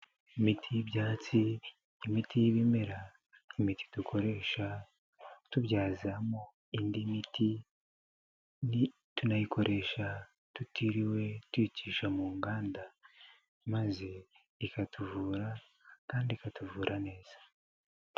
Imiti y'ibyatsi, imiti y'ibimera, imiti dukoresha tubyazamo indi miti, tunayikoresha tutiriwe tuyicisha mu nganda, maze ikatuvura, kandi ikatuvura neza.